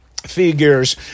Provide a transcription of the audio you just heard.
figures